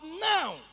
now